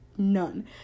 None